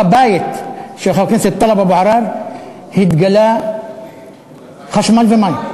בבית של חבר הכנסת טלב אבו עראר התגלו חשמל ומים.